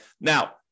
Now